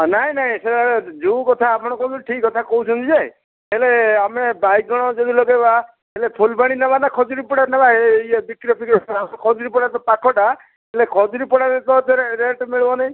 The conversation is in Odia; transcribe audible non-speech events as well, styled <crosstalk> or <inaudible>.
ନାଇଁ ନାଇଁ ସେଇଟା ଯେଉଁ କଥା ଆପଣ କହୁଛନ୍ତି ଠିକ୍ କଥା କହୁଛନ୍ତି ଯେ ହେଲେ ଆମେ ବାଇଗଣ ଯଦି ଲଗେଇବା ହେଲେ ଫୁଲବାଣୀ ନେବା ନା ଖଜୁରୀପଡ଼ା ନେବା ଇଏ ଏ ବିକ୍ରି <unintelligible> ଖଜୁରୀପଡ଼ା ପାଖଟା ହେଲେ ଖଜୁରୀପଡ଼ାରେ ତ ଫେର୍ ରେଟ୍ ମିଳିବନି